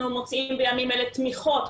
אנחנו מוצאים בימים אלה תמיכות,